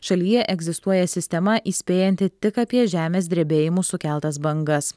šalyje egzistuoja sistema įspėjanti tik apie žemės drebėjimų sukeltas bangas